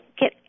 get